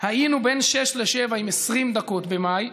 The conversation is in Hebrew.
היינו בין 06:00 ל-07:00 עם 20 דקות במאי,